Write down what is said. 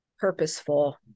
purposeful